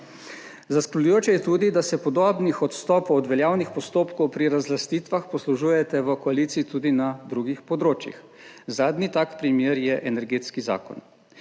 Zaskrbljujoče je tudi, da se podobnih odstopov od veljavnih postopkov pri razlastitvah poslužujete v koaliciji tudi na drugih področjih. Zadnji tak primer je Energetski zakon.